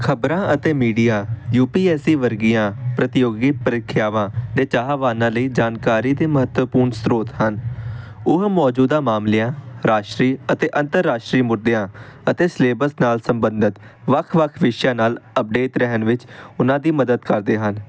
ਖਬਰਾਂ ਅਤੇ media U P S C ਵਰਗੀਆਂ ਪ੍ਰਤੀਯੋਗੀ ਪ੍ਰੀਖਿਆਵਾਂ ਦੇ ਚਾਹਵਾਨਾਂ ਲਈ ਜਾਣਕਾਰੀ ਦੇ ਮਹੱਤਵਪੂਰਨ ਸਰੋਤ ਹਨ ਉਹ ਮੌਜੂਦਾ ਮਾਮਲਿਆਂ ਰਾਸ਼ਟਰੀ ਅਤੇ ਅੰਤਰਰਾਸ਼ਟਰੀ ਮੁੱਦਿਆਂ ਅਤੇ ਸਿਲੇਬਸ ਨਾਲ ਸੰਬੰਧਿਤ ਵੱਖ ਵੱਖ ਵਿਸ਼ਿਆਂ ਨਾਲ ਅਪਡੇਟ ਰਹਿਣ ਵਿੱਚ ਉਹਨਾਂ ਦੀ ਮਦਦ ਕਰਦੇ ਹਨ